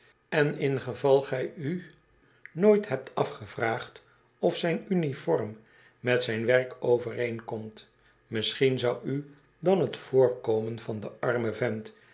en ingeval gij u nog nooit hebt afgevraagd of zijn uniform met zijn werk overeenkomt misschien zou u dan t voorkomen van den armen vent